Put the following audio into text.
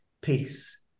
peace